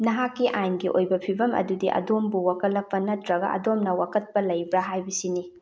ꯅꯍꯥꯛꯀꯤ ꯑꯥꯏꯟꯒꯤ ꯑꯣꯏꯕ ꯐꯤꯕꯝ ꯑꯗꯨꯗꯤ ꯑꯗꯣꯝꯕꯨ ꯋꯥꯀꯠꯂꯛꯄ ꯅꯠꯇ꯭ꯔꯒ ꯑꯗꯣꯝꯅ ꯋꯥꯀꯠꯄ ꯂꯩꯕ꯭ꯔꯥ ꯍꯥꯏꯕꯁꯤꯅꯤ